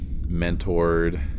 mentored